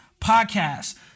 podcast